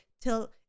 till